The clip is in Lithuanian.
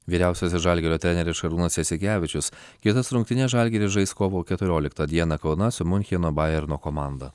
vyriausiasis žalgirio treneris šarūnas jasikevičius kitas rungtynes žalgiris žais kovo keturioliktą dieną kaune su miuncheno bayern komanda